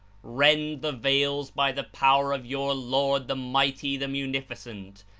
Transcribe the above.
rend the veils by the power of your lord, the mighty, the munificent,